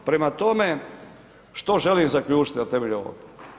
Prema tome, što želim zaključiti na temelju ovoga?